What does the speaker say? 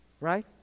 Right